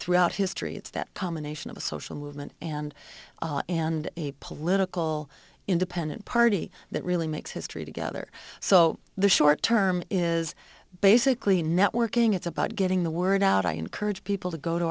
throughout history it's that combination of a social movement and and a political independent party that really makes history together so the short term is basically networking it's about getting the word out i encourage people to go to